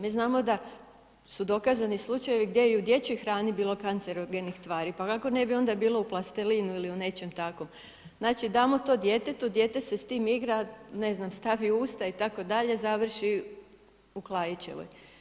Mi znamo da su dokazani slučajevi gdje i u dječjoj hrani bilo kancerogenih tvari, pa kako ne bi bilo onda u plastelinu ili u nečem takvom, znači damo to djetetu, dijete se s tim igra, ne znam stavi u usta itd. završi u Klaićevoj.